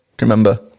remember